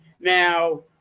now